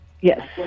Yes